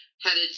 headed